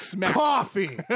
coffee